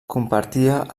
compartia